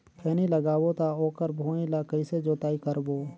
खैनी लगाबो ता ओकर भुईं ला कइसे जोताई करबो?